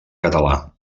català